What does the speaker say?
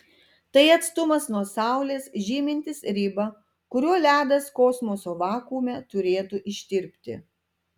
tai atstumas nuo saulės žymintis ribą kuriuo ledas kosmoso vakuume turėtų ištirpti